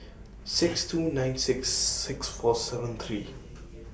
six two nine six six four seven three